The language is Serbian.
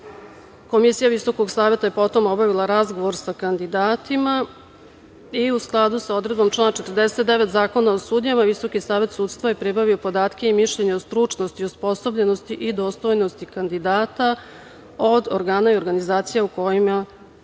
Komisija Visokog saveta je potom obavila razgovor sa kandidatima i, u skladu sa odredbom člana 49. Zakona o sudijama, Visoki savet sudstva je pribavio podatke i mišljenja o stručnosti, osposobljenosti i dostojnosti kandidata od organa i organizacija u kojima